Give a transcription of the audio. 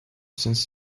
since